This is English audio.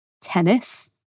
Tennis